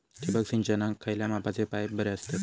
ठिबक सिंचनाक खयल्या मापाचे पाईप बरे असतत?